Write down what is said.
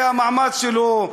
זה המעמד שלו,